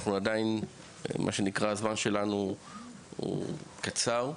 אנחנו עדיין מה שנקרא הזמן שלנו הוא קצר,